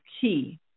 key